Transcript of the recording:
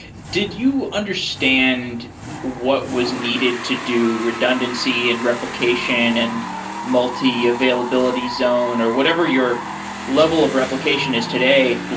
did you understand what was needed to do redundancy and replication and multi-availability zone or whatever your level of replication is today?